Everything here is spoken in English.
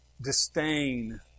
disdain